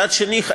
מצד שני,